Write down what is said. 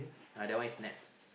uh that one is next